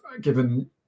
given